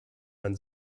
man